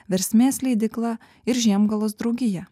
versmės leidykla ir žiemgalos draugija